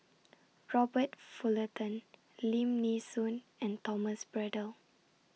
Robert Fullerton Lim Nee Soon and Thomas Braddell